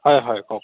হয় হয় কওক